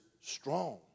strong